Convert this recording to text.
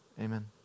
Amen